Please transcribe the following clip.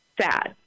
sad